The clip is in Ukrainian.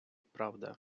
правда